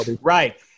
Right